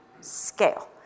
scale